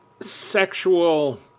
sexual